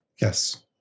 Yes